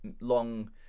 long